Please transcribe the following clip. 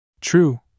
True